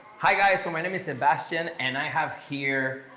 hi, guys. so my name is sebastian and i have here,